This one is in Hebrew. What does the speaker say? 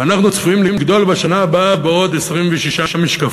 ואנחנו צפויים לגדול בשנה הבאה בעוד 26 משקפיים.